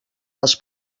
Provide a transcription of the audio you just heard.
les